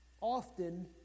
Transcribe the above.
often